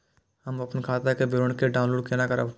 हम अपन खाता के विवरण के डाउनलोड केना करब?